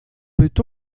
peut